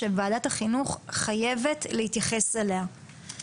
וועדת החינוך חייבת להתייחס לזה.